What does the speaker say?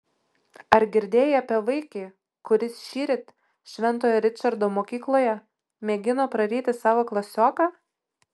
ar girdėjai apie vaikį kuris šįryt šventojo ričardo mokykloje mėgino praryti savo klasioką